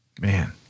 Man